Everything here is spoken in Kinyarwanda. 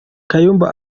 kayumba